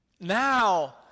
Now